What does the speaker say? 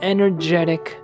Energetic